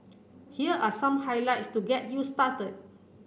here are some highlights to get you started